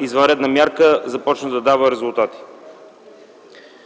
извънредна мярка започна да дава резултати.